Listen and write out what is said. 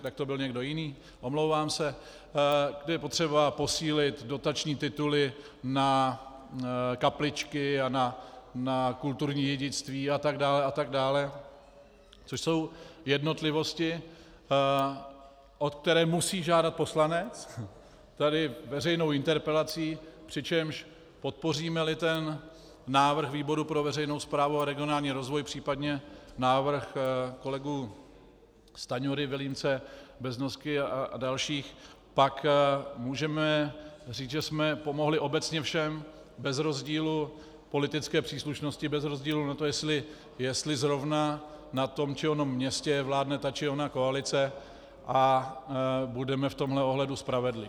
... tak to byl někdo jiný, omlouvám se... že je potřeba posílit dotační tituly na kapličky a na kulturní dědictví a tak dále a tak dále, což jsou jednotlivosti, o které musí žádat poslanec tady veřejnou interpelací, přičemž podpořímeli ten návrh výboru pro veřejnou správu a regionální rozvoj, případně návrh kolegů Stanjury, Vilímce, Beznosky a dalších, pak můžeme říct, že jsme pomohli obecně všem bez rozdílu politické příslušnosti, bez rozdílu na to, jestli zrovna v tom či onom městě vládne ta či ona koalice, a budeme v tomto ohledu spravedliví.